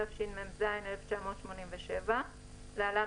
התשמ"ז-1987 (להלן,